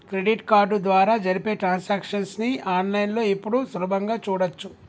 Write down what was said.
credit card ద్వారా జరిపే transactions ని ఆన్ లైన్ లో ఇప్పుడు సులభంగా చూడచ్చు